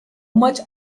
much